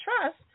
trust